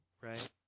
right